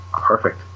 perfect